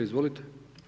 Izvolite.